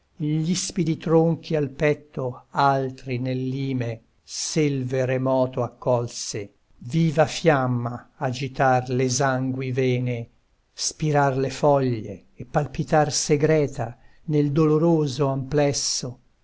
l'onte gl'ispidi tronchi al petto altri nell'ime selve remoto accolse viva fiamma agitar l'esangui vene spirar le foglie e palpitar segreta nel doloroso amplesso